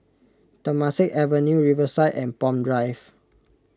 Temasek Avenue Riverside and Palm Drive